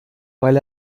weil